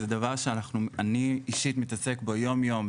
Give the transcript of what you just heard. זה דבר שאנחנו אני אישית מתעסק בו יום יום,